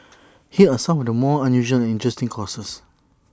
here are some of the more unusual and interesting courses